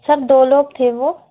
sir दो लोग थे वो